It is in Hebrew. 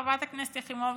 חברת הכנסת חיימוביץ',